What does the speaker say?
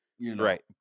Right